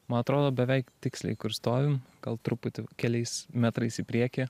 man atrodo beveik tiksliai kur stovim gal truputį keliais metrais į priekį